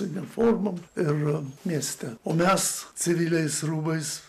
uniformom ir mieste o mes civiliais rūbais